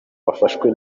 wafashwe